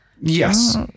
Yes